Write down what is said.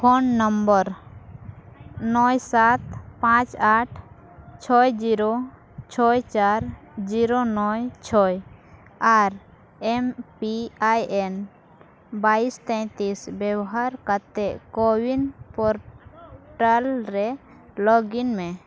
phone number ᱱᱚᱭ ᱥᱟᱛ ᱯᱟᱸᱪ ᱟᱴ ᱪᱷᱚᱭ ᱡᱤᱨᱳ ᱪᱷᱚᱭ ᱪᱟᱨ ᱡᱤᱨᱳ ᱱᱚᱭ ᱪᱷᱚᱭ R M P I N ᱵᱟᱭᱤᱥ ᱛᱮᱛᱨᱤᱥ ᱵᱮᱵᱚᱦᱟᱨ ᱠᱟᱛᱮᱫ ᱠᱳᱼᱩᱭᱤᱱ ᱯᱨᱚᱴᱟᱞ ᱨᱮ ᱞᱚᱜᱽᱼᱤᱱ ᱢᱮ